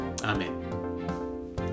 Amen